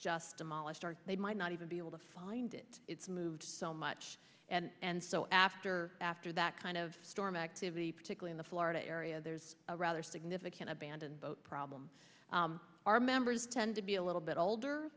just demolished or they might not even be able to find it it's moved so much and so after after that kind of storm activity particularly the florida area there's a rather significant abandoned boat problem our members tend to be a little bit older